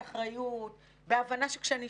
אנחנו מדברים על מחסור שיש כבר היום.